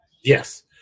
yes